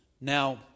Now